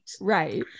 right